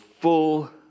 full